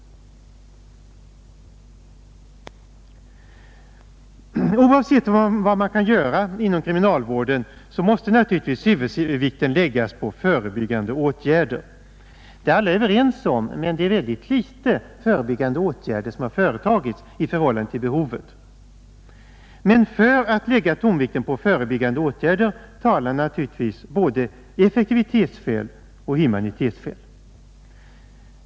Oavsett vad man kan göra inom kriminalvården måste naturligtvis huvudvikten läggas på förebyggande åtgärder. Det är alla överens om, men mycket litet av förebyggande åtgärder har vidtagits i förhållande till behovet. För att man skall lägga tonvikten på förebyggande åtgärder talar givetvis både effektivitetsskäl och humanitetsskäl.